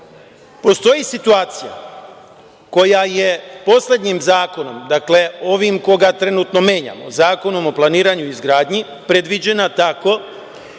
Postoji situacija koja je poslednjim zakonom, dakle ovim koga trenutno menjamo, Zakonom o planiranju i izgradnji predviđena tako